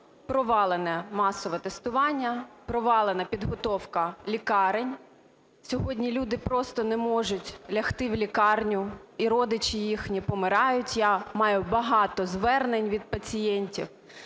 провалене масове тестування, провалена підготовка лікарень. Сьогодні люди просто не можуть лягти у лікарню і родичі їхні помирають. Я маю багато звернень від пацієнтів.